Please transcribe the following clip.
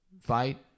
fight